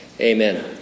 amen